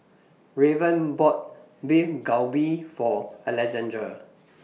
Raven bought Beef Galbi For Alexandr